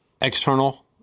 external